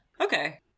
okay